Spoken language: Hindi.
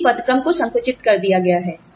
लेकिन पदक्रम को संकुचित कर दिया गया है